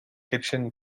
kitchen